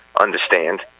understand